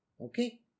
Okay